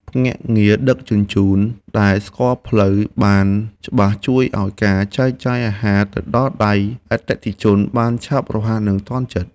ភ្នាក់ងារដឹកជញ្ជូនដែលស្គាល់ផ្លូវបានច្បាស់ជួយឱ្យការចែកចាយអាហារទៅដល់ដៃអតិថិជនបានឆាប់រហ័សនិងទាន់ចិត្ត។